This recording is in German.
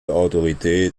autorität